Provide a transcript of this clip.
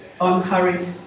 unhurried